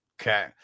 okay